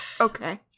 Okay